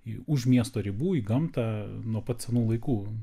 į už miesto ribų į gamtą nuo pat senų laikų